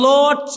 Lord